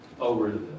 over